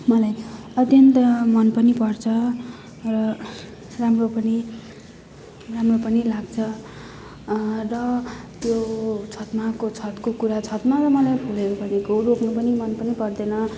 मलाई अत्यन्त मन पनि पर्छ र राम्रो पनि राम्रो पनि लाग्छ र त्यो छतमाको छतको कुरा छतमा मलाई फुलहरू भनेको रोप्नु पनि मन पनि पर्दैन